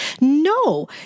No